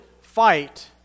fight